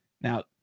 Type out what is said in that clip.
Now